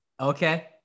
okay